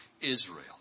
Israel